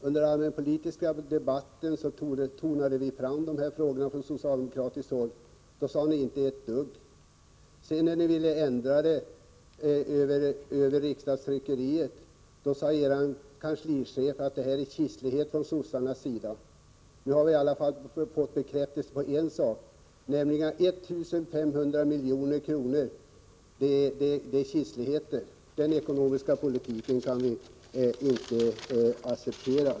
Under allmänpolitiska debatten betonade vi från socialdemokratiskt håll denna fråga, men då sade ni inte ett dugg. När ni sedan ville göra ändringen via riksdagens tryckeri sade er kanslichef att socialdemokraterna var kitsliga när vi inte gick med på det. Vi har i alla fall fått bekräftelse på en sak, nämligen att 1 500 milj.kr. är kitsligheter. En sådan ekonomisk politik kan vi inte acceptera.